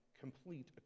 complete